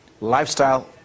lifestyle